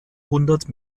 hundert